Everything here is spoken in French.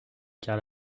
car